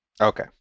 Okay